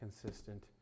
consistent